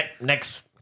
Next